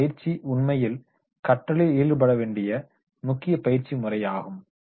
இப்பயிற்சி உண்மையில் கற்றலில் ஈடுபடவேண்டிய முக்கிய பயிற்சி முறையாகும்